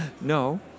no